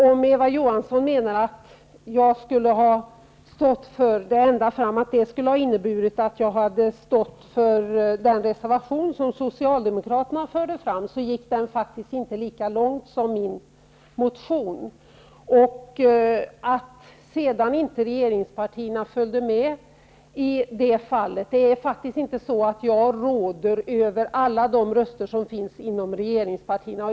Om Eva Johansson menar att det skulle ha inneburit att jag hade stått för den reservation som Socialdemokraterna förde fram, så gick den faktiskt inte lika långt som min motion. Att regeringspartierna sedan inte följde med i det fallet beror på att det faktiskt inte är så att jag råder över alla de röster som finns inom regeringspartierna.